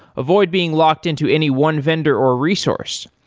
avoid being locked-in to any one vendor or resource.